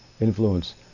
influence